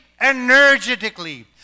energetically